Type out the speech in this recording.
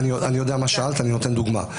שנייה, אני יודע מה שאלת, אני נותן דוגמה.